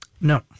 No